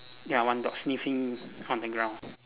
ya one dog sniffing on the ground